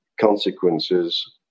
consequences